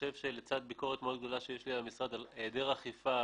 לצד ביקורת מאוד גדולה שיש לי על המשרד על העדר אכיפה,